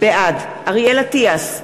בעד אריאל אטיאס,